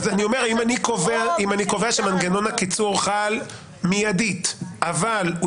אני אומר שאם אני קובע שמנגנון הקיצור חל מיידית אבל הוא